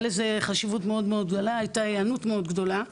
לזה חשיבות מאוד גדולה והיענות מאוד גדולה,